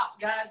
Guys